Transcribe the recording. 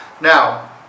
Now